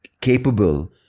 capable